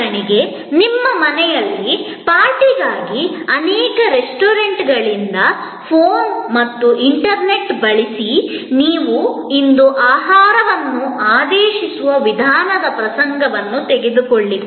ಉದಾಹರಣೆಗೆ ನಿಮ್ಮ ಮನೆಯಲ್ಲಿ ಪಾರ್ಟಿಗಾಗಿ ಅನೇಕ ರೆಸ್ಟೋರೆಂಟ್ಗಳಿಂದ ಫೋನ್ ಮತ್ತು ಇಂಟರ್ನೆಟ್ ಬಳಸಿ ನೀವು ಇಂದು ಆಹಾರವನ್ನು ಆದೇಶಿಸುವ ವಿಧಾನದ ಪ್ರಸಂಗವನ್ನು ತೆಗೆದುಕೊಳ್ಳಿ